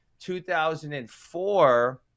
2004